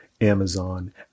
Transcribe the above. Amazon